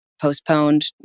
postponed